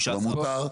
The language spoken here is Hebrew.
15 אחוזים.